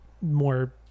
more